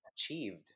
achieved